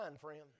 friend